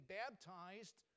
baptized